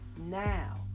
now